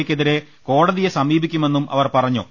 A ക്കെതിരെ കോടതിയെ സമീപിക്കുമെന്നും അവർ പറഞ്ഞു